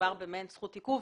ומדובר במעין זכות עיכוב,